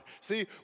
See